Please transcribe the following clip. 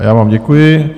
A já vám děkuji.